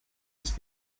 ist